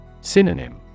Synonym